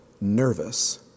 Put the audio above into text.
nervous